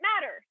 matter